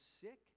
sick